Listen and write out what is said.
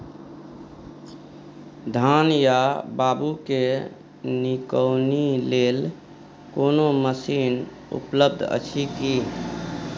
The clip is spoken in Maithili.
धान या बाबू के निकौनी लेल कोनो मसीन उपलब्ध अछि की?